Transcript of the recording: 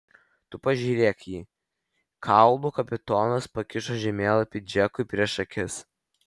tu pažiūrėk jį kaulų kapitonas pakišo žemėlapį džekui prieš akis